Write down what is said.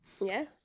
yes